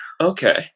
okay